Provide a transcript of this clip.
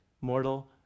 mortal